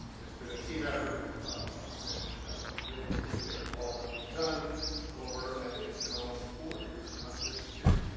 it's been a team effort and we really appreciate all that you've done over i think it's been almost four years, not just two.